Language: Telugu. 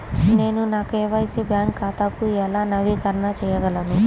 నేను నా కే.వై.సి బ్యాంక్ ఖాతాను ఎలా నవీకరణ చేయగలను?